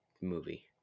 movie